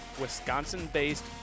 Wisconsin-based